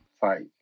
fight